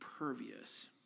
impervious